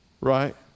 Right